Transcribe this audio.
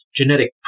genetic